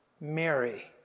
Mary